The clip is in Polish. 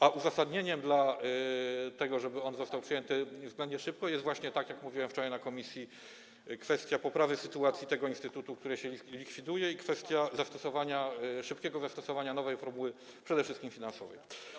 A uzasadnieniem tego, żeby on został przyjęty względnie szybko, jest właśnie, tak jak mówiłem wczoraj w komisji, kwestia poprawy sytuacji tego instytutu, który się likwiduje, i kwestia szybkiego zastosowania nowej formuły, przede wszystkim finansowej.